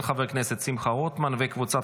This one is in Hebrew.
של חבר הכנסת שמחה רוטמן וקבוצת